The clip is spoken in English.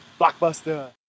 Blockbuster